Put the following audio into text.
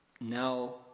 now